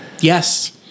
Yes